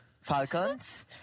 Falcons